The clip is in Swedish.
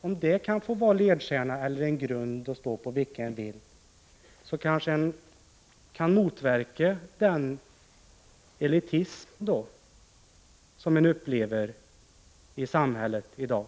Om detta får vara ledstjärna eller utgöra en grund att stå på kan man kanske motverka den elitism som man upplever i samhället i dag.